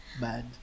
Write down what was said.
Bad